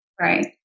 Right